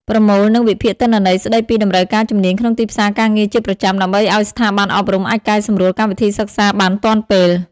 ប្រមូល និងវិភាគទិន្នន័យស្តីពីតម្រូវការជំនាញក្នុងទីផ្សារការងារជាប្រចាំ ដើម្បីឱ្យស្ថាប័នអប់រំអាចកែសម្រួលកម្មវិធីសិក្សាបានទាន់ពេល។